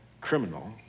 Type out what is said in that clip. criminal